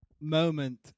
moment